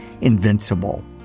Invincible